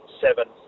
seven